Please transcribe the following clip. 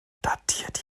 datiert